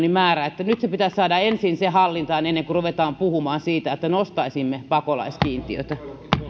määrä nyt se pitäisi saada ensin hallintaan ennen kuin ruvetaan puhumaan siitä että nostaisimme pakolaiskiintiötä